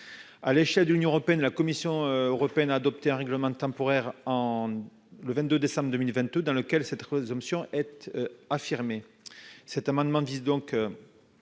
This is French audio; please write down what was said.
À l'échelle de l'Union européenne, la Commission européenne a adopté un règlement temporaire en le 22 décembre 2022, dans lequel cette. Être affirmé